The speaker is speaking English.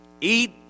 eat